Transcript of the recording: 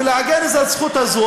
ולעגן את הזכות הזאת,